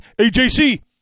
AJC